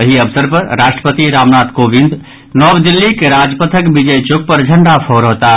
एहि अवसर पर राष्ट्रपति रामनाथ कोविंद नव दिल्लीक राजपथक विजय चौक पर झंडा फहरौताह